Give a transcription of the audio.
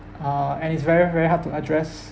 uh and it's very very hard to address